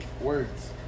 words